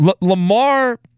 Lamar